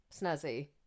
snazzy